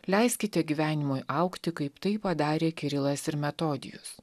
leiskite gyvenimui augti kaip tai padarė kirilas ir metodijus